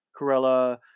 Corella